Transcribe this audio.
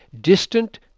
distant